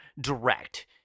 direct